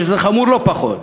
שזה חמור לא פחות.